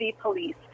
police